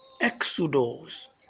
exodus